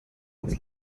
aus